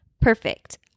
perfect